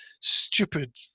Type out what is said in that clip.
stupid